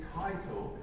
title